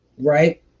Right